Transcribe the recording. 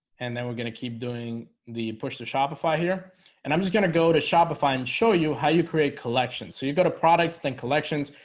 and we're gonna keep doing the push to shopify here and i'm just gonna go to shopify and show you how you create collections so you go to products than collections.